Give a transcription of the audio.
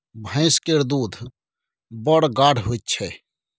भैंस केर दूध बड़ गाढ़ होइ छै